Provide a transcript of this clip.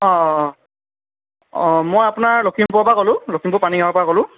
অঁ অঁ অঁ অঁ মই আপোনাৰ লখিমপুৰৰ পৰা ক'লোঁ লখিমপুৰ পানীগাঁৱৰ পৰা ক'লোঁ